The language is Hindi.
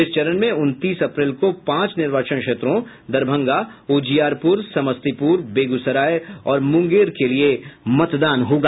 इस चरण में उनतीस अप्रैल को पांच निर्वाचन क्षेत्रों दरभंगा उजियारपुर समस्तीपुर बेगूसराय और मुंगेर के लिए मतदान होगा